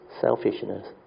selfishness